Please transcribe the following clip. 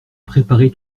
préparé